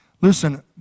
Listen